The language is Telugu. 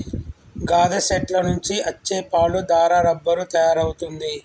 గాదె సెట్ల నుండి అచ్చే పాలు దారా రబ్బరు తయారవుతుంది